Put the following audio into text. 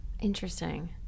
Interesting